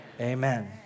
amen